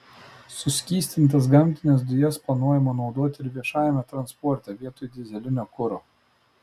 suskystintas gamtines dujas planuojama naudoti ir viešajame transporte vietoj dyzelinio kuro